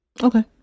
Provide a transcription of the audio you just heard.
Okay